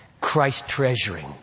Christ-treasuring